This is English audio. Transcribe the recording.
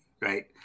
right